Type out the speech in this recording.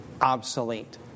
obsolete